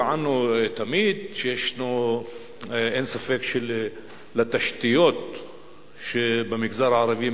טענו תמיד שאין ספק שלתשתיות שבמגזר הערבי,